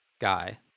guy